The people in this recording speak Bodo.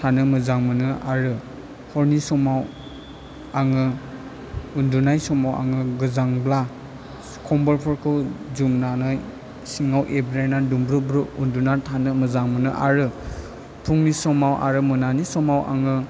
थानो मोजां मोनो आरो हरनि समाव आङो उन्दुनाय समाव आङो गोजांब्ला कम्बलफोरखौ जोमनानै सिङाव एब्रेना दुंब्रुद ब्रु उन्दूनानै थानो मोजां मोनो आरो फुंनि समाव आरो मोनानि समाव आङो